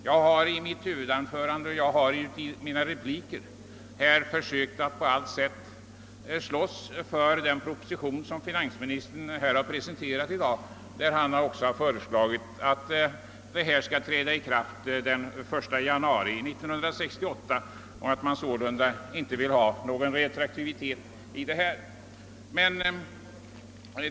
Jag har i mitt huvudanförande och i mina repliker på allt sätt försökt slåss för den proposition finansministern lagt fram och i vilken han föreslagit att lagen skall träda i kraft den 1 januari 1968; han har sålunda inte tänkt sig någon retroaktivitet.